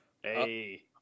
hey